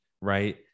Right